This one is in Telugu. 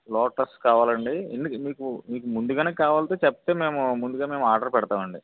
లోటస్ కావాలండీ ఎన్ని మీకు మీకు ముందుగానే కావాలో చెప్తే మేము ముందుగా మేము ఆర్డర్ పెడతామండి